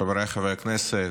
חבריי חברי הכנסת,